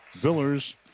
Villers